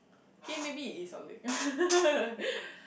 K maybe is your leg